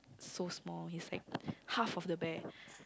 so small he's like half of the bear